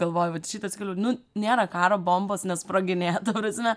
galvoju vat šitas nu nėra karo bombos nesproginėja ta prasme